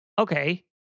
Okay